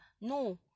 No